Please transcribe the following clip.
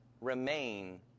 remain